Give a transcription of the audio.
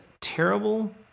terrible